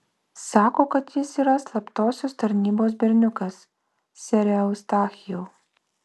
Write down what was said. sako kad jis yra slaptosios tarnybos berniukas sere eustachijau